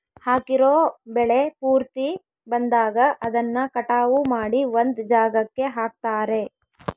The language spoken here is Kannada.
ಹಾಕಿರೋ ಬೆಳೆ ಪೂರ್ತಿ ಬಂದಾಗ ಅದನ್ನ ಕಟಾವು ಮಾಡಿ ಒಂದ್ ಜಾಗಕ್ಕೆ ಹಾಕ್ತಾರೆ